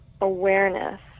awareness